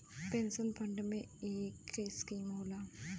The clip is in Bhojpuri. पेन्सन फ़ंड में एक स्कीम होला